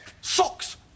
Socks